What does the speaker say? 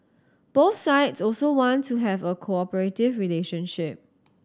both sides also want to have a cooperative relationship